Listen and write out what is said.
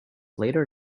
later